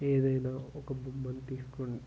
ఏదైనా ఒక బొమ్మను తీసుకుని